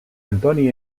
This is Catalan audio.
antoni